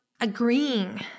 agreeing